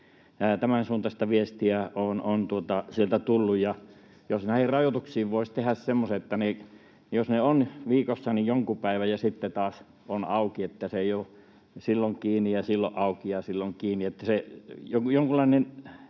Tämänsuuntaista viestiä on sieltä tullut, joten jos näihin rajoituksiin voisi tehdä semmoisen, että ne ovat viikossa jonkun päivän kiinni ja sitten taas ovat auki, niin että ne eivät ole silloin kiinni ja silloin auki ja silloin kiinni